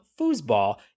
foosball